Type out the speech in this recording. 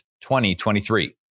2023